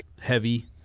heavy